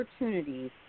opportunities